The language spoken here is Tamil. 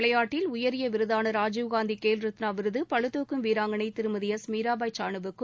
விளையாட்டில் உயரிய விருதான ராஜீவ்காந்தி கேல் ரத்னா விருது பளுதூக்கும் வீராங்கனை திருமதி எஸ் மீராபாய் சானுவுக்கும்